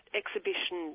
exhibition